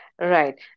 Right